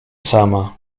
sama